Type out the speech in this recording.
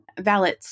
valets